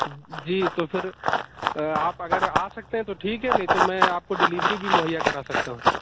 جی تو پھر آپ اگر آ سکتے ہیں تو ٹھیک ہے نہیں تو میں آپ کو ڈلیوری بھی مہیّا کرا سکتا ہوں